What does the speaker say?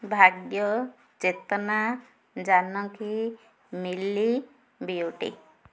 ଭାଗ୍ୟ ଚେତନା ଜାନକୀ ମିଲି ବିୟୁଟି